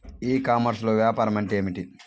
ఈ కామర్స్లో వ్యాపారం అంటే ఏమిటి?